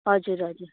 हजुर हजुर